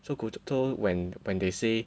so 古周 when when they say